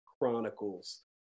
Chronicles